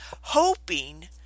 hoping